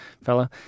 fella